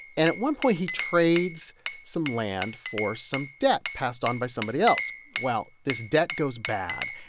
and at one point, he trades some land for some debt passed on by somebody else. well, this debt goes bad,